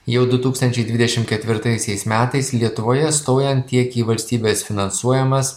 jau du tūkstančiai dvidešim ketvirtaisiais metais lietuvoje stojant tiek į valstybės finansuojamas